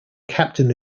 captain